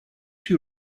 you